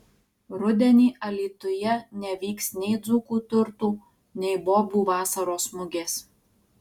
rudenį alytuje nevyks nei dzūkų turtų nei bobų vasaros mugės